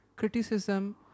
Criticism